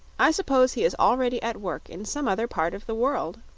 i suppose he is already at work in some other part of the world.